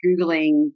Googling